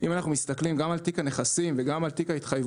אם אנחנו מסתכלים גם על תיק הנכסים וגם על תיק ההתחייבויות,